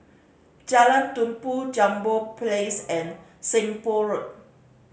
Jalan Tumpu Jambol Place and Seng Poh Road